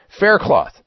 Faircloth